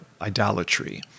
idolatry